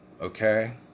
Okay